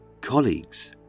colleagues